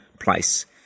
place